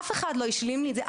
אף אחד לא השלים לי את זה.